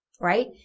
right